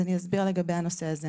אני אסביר לגבי הנושא הזה.